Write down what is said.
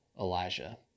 Elijah